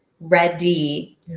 ready